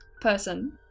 person